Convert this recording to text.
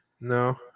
No